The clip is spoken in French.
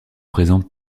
présentes